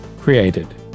Created